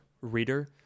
reader